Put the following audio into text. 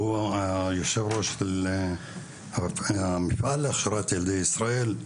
והוא היושב-ראש של המפעל להכשרת ילדי ישראל,